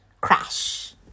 crash